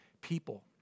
people